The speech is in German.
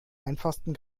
einfachsten